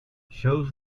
shows